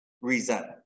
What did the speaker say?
resent